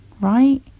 right